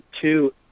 two